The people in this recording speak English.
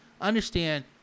understand